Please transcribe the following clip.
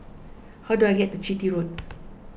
how do I get to Chitty Road